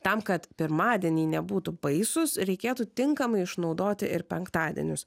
tam kad pirmadieniai nebūtų baisūs reikėtų tinkamai išnaudoti ir penktadienius